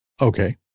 Okay